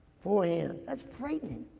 four hands, that's frightening.